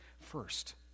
first